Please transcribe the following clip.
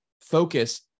focus